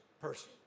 person